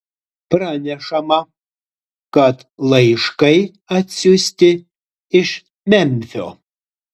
pranešama kad laiškai atsiųsti iš memfio